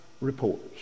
reports